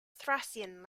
thracian